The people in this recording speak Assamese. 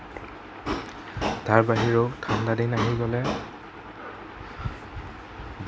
তাৰ বাহিৰেও ঠাণ্ডা দিন আহি গ'লে